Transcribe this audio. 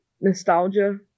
nostalgia